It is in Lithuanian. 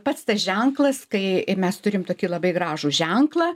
pats tas ženklas kai mes turim tokį labai gražų ženklą